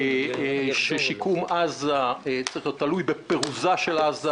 ששיקום עזה צריך להיות תלוי בפירוזה של עזה,